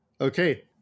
Okay